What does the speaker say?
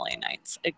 nights